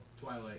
Twilight